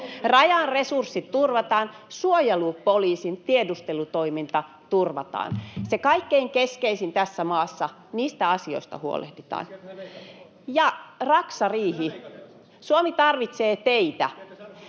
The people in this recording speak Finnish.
Rajan resurssit turvataan, suojelupoliisin tiedustelutoiminta turvataan, se kaikkein keskeisin tässä maassa. Niistä asioista huolehditaan. [Antti Kaikkonen: Siis sieltähän